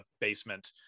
basement